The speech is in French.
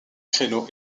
créneaux